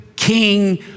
King